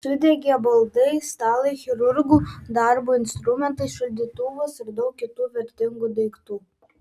sudegė baldai stalai chirurgų darbo instrumentai šaldytuvas ir daug kitų vertingų daiktų